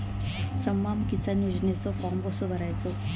स्माम किसान योजनेचो फॉर्म कसो भरायचो?